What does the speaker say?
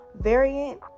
variant